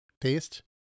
taste